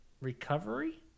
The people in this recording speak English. recovery